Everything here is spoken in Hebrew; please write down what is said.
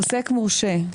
עוסק מורשה,